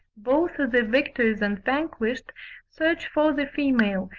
both the victors and vanquished search for the female,